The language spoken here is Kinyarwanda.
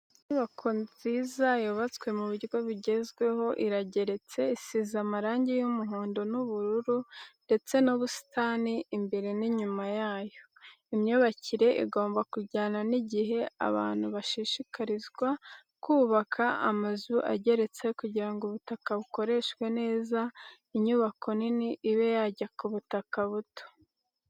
Inyubako nziza yubatswe mu buryo bugezweho irageretse isize amarangi y'umuhondo n'ubururu, ndetse n'ubusitani imbere n'inyuma yayo. Imyubakire igomba kujyana n'igihe, abantu bashishikarizwa kubaka amazu ageretse kugira ngo ubutaka bukoreshwe neza inyubako nini ibe yajya ku butaka buto.